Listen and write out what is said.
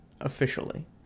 officially